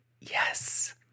Yes